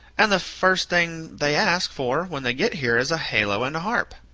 and the first thing they ask for when they get here is a halo and a harp,